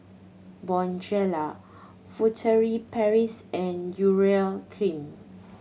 Bonjela Furtere Paris and Urea Cream